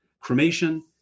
Cremation